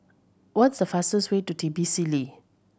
what's the fastest way to Tbilisily